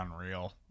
unreal